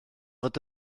fod